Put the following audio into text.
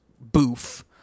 Boof